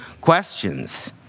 questions